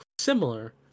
similar